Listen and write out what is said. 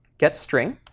getstring.